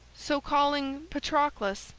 so calling patroclus,